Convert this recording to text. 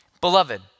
Beloved